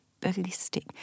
ballistic